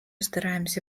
стараемся